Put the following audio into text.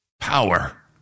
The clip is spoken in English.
power